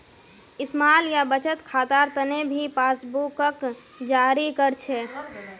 small या बचत खातार तने भी पासबुकक जारी कर छे